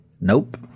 Nope